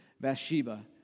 Bathsheba